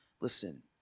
listen